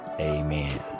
amen